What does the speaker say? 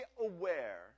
aware